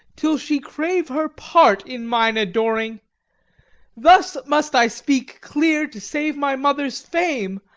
till she crave her part in mine adoring thus must i speak clear to save my mother's fame,